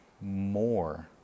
more